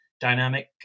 dynamic